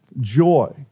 joy